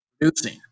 producing